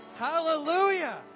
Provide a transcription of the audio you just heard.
Hallelujah